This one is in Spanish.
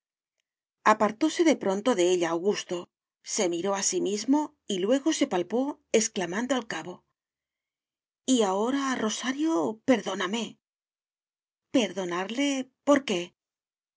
apartóse de pronto de ella augusto se miró a sí mismo y luego se palpó exclamando al cabo y ahora rosario perdóname perdonarle por qué